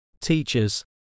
teachers